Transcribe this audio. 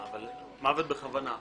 אבל מוות בכוונה,